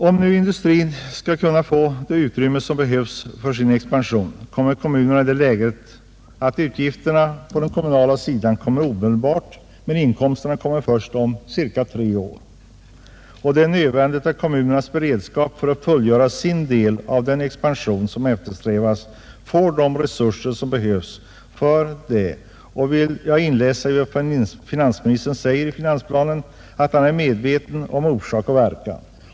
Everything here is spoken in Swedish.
Om nu industrin skall kunna få det utrymme den behöver för sin expansion råkar kommunerna i det läget, att utgifterna på den kommunala sidan kommer omedelbart men inkomsterna först om cirka tre år. Det är nödvändigt att kommunerna för att fullgöra sin del av den expansion som eftersträvas får de resurser som behövs för detta. Av vad finansministern anför i finansplanen vill jag utläsa att han är medveten om orsak och verkan.